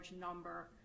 number